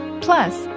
plus